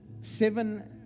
seven